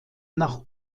nach